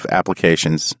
applications